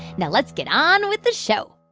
now let's get on with the show